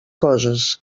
coses